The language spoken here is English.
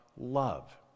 love